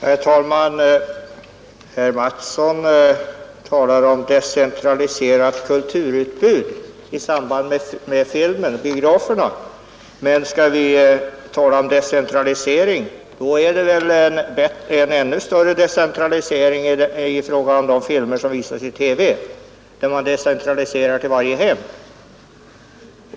Herr talman! Herr Mattsson i Lane-Herrestad talar i detta ärende, som gäller filmen och biograferna, om ett decentraliserat kulturutbud, men jag vill peka på att det väl förekommer en ännu större decentralisering i televisionen, genom vilken visningen är decentraliserad till varje hem.